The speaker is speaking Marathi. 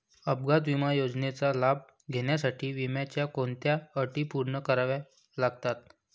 अपघात विमा योजनेचा लाभ घेण्यासाठी विम्याच्या कोणत्या अटी पूर्ण कराव्या लागतात?